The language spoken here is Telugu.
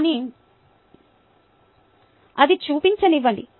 కానీ అది చూపించనివ్వండి